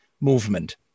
movement